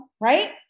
right